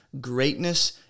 greatness